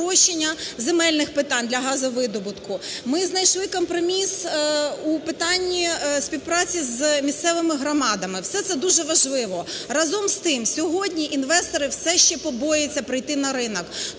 спрощення земельних питань для газовидобутку. Ми знайшли компроміс у питанні співпраці з місцевими громадами, все це дуже важливо. Разом з тим, сьогодні інвестори все ще побоюються прийти на ринок,